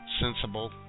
sensible